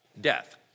Death